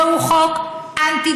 זהו חוק אנטי-דמוקרטי,